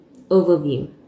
Overview